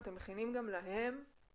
אתם מכינים גם להם חומר?